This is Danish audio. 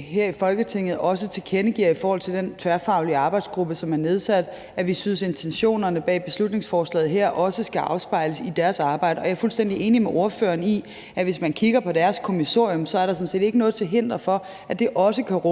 her i Folketinget også tilkendegiver i forhold til den tværfaglige arbejdsgruppe, som er nedsat, at vi synes, at intentionerne bag beslutningsforslaget her også skal afspejles i deres arbejde. Og jeg er fuldstændig enig med ordføreren i, at hvis man kigger på deres kommissorium, er der sådan set ikke noget til hinder for, at det også kan rummes